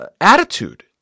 attitude